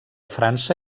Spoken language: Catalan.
frança